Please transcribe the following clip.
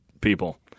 people